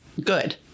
good